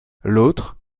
l’autre